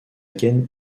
gaine